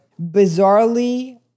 bizarrely